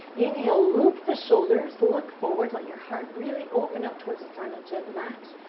inhale. loop the shoulders. look forward. let your heart really open up towards the front edge of the mat.